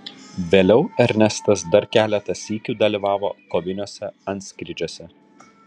vėliau ernestas dar keletą sykių dalyvavo koviniuose antskrydžiuose